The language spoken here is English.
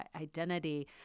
identity